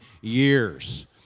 years